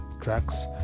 tracks